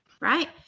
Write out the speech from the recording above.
right